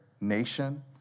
nation